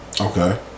Okay